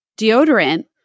deodorant